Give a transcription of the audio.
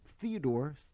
Theodore